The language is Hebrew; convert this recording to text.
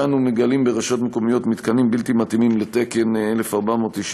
כשאנו מגלים ברשויות מקומיות מתקנים בלתי מתאימים לתקן 1498,